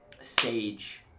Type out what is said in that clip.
Sage